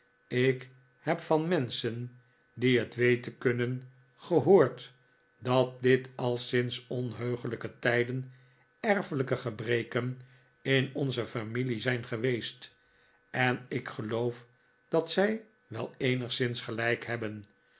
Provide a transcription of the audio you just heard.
ik heb van menschen die het weten kunnen gehoord dat dit al sinds onheuglijke tijden erfelijke gebreken in onze familie zijn geweest en ik geloof dat zij wel eenigszins gelijk hebben